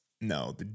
No